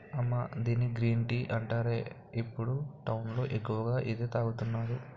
అమ్మా దీన్ని green tea అంటారే, ఇప్పుడు టౌన్ లో ఎక్కువగా ఇదే తాగుతున్నారు